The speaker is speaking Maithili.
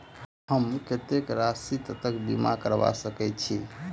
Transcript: हम कत्तेक राशि तकक बीमा करबा सकैत छी?